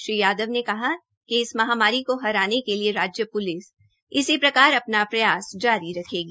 श्री यादव ने कहा कि इस महामारी को हराने के लिए राज्य पुलिस इसी प्रकार अपना प्रयास जारी रखेगी